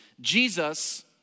Jesus